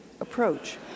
approach